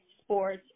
sports